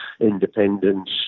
independence